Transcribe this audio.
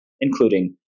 including